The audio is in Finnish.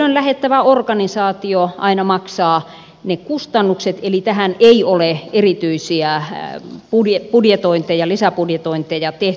henkilön lähettämä organisaatio aina maksaa ne kustannukset eli tähän ei ole erityisiä budjetointeja lisäbudjetointeja tehty